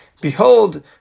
Behold